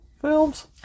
films